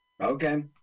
Okay